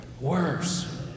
worse